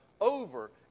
over